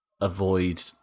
avoid